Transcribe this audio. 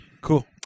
Cool